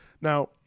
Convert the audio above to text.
Now